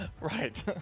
Right